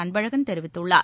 அன்பழகன் தெரிவித்துள்ளார்